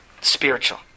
Spiritual